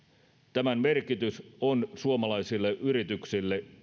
tämän merkitys on suomalaisille yrityksille